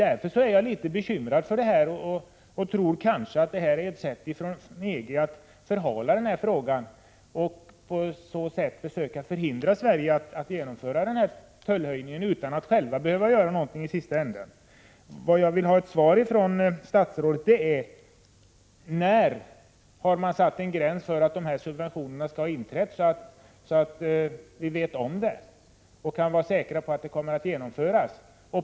Därför är jag litet bekymrad och tror att detta kanske är ett sätt från EG:s sida att förhala den här frågan och försöka förhindra Sverige att genomföra den här tullhöjningen utan att EG-länderna själva behöver göra någonting i sista änden. De frågor jag vill ha ett svar på från statsrådet är: Har man satt en tidsgräns för när den här sänkningen av subventionen skall ha inträtt? Det bör vi känna till, så att vi kan vara säkra på att åtgärden genomförs.